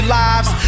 lives